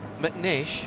McNish